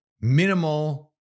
minimal